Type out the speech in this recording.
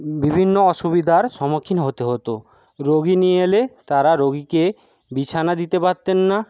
বিভিন্ন অসুবিধার সম্মুখীন হতে হতো রোগী নিয়ে এলে তারা রোগীকে বিছানা দিতে পারতেন না